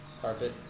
carpet